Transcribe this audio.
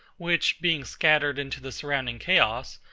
which, being scattered into the surrounding chaos,